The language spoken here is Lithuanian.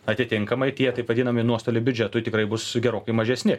atitinkamai tie taip vadinami nuostoliai biudžetui tikrai bus gerokai mažesni